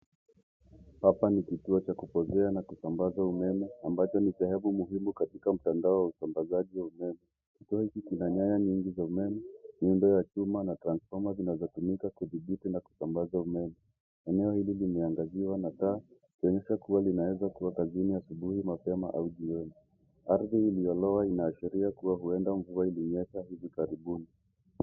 Hapa ni kituo cha kutegea na kusambaza umeme ambapo ni sehemu muhimu katika mtandao wa usambazaji wa umeme. Kuna nyaya nyingi za stima na miundo mingi ya transfoma zinazotumika kudhubiti na kusambaza umeme. Eneo hili limeangaziwa na taa kuonyesha kuwa linaweza kuwa kazini asubuhi mapema au jioni. Ardhi iliyoloa inaashiria kuwa huenda mvua ilinyesha hivi karibuni.